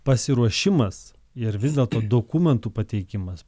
pasiruošimas ir vis dėlto dokumentų pateikimas